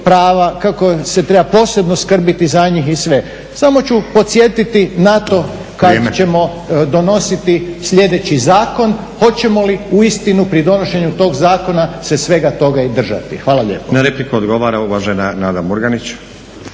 kako se treba posebno skrbiti za njih i sve. Samo ću podsjetiti na to kada ćemo donositi sljedeći zakon, hoćemo li uistinu pri donošenju tog zakona se svega toga i držati. Hvala lijepo. **Stazić, Nenad (SDP)** Na repliku odgovara uvažena Nada Murganić.